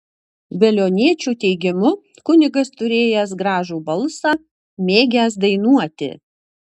veliuoniečių teigimu kunigas turėjęs gražų balsą mėgęs dainuoti